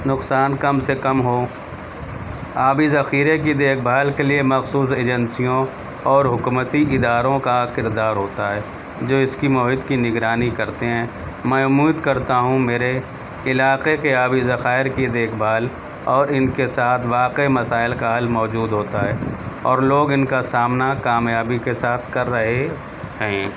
نقصان کم سے کم ہو آبی ذخیرے کی دیکھ بھال کے لیے مخصوص ایجنسیوں اور حکومتی اداروں کا کردار ہوتا ہے جو اس کی محیط کی نگرانی کرتے ہیں میں امید کرتا ہوں میرے علاقے کے آبی ذخائر کی دیکھ بھال اور ان کے ساتھ واقع مسائل کا حال موجود ہوتا ہے اور لوگ ان کا سامنا کامیابی کے ساتھ کر رہے ہیں